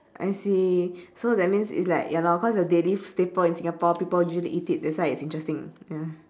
I see so that means it's like ya lor the daily staple in singapore people usually eat it that's why it's interesting ya